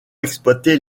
exploiter